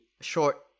short